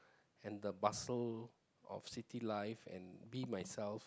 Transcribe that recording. and the bustle of city life and be myself